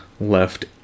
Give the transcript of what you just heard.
left